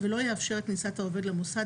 ולא יאפשר את כניסת העובד למוסד,